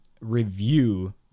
review